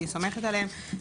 שהיא סומכת עליהם.